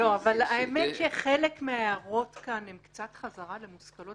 האמת שחלק מההערות כאן הן קצת חזרה על מושכלות